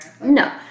No